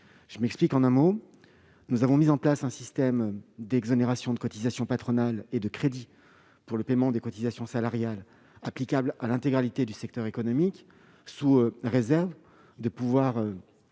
l'Assemblée nationale. Nous avons mis en place un système d'exonération de cotisations patronales et de crédits pour le paiement des cotisations salariales applicable à l'intégralité du secteur économique, sous réserve de pouvoir